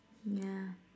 yeah